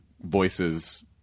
voices